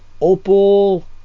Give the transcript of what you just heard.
Opal